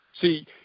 see